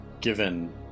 given